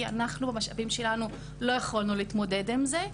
כי אנחנו במשאבים שלנו לא יכולנו להתמודד עם זה.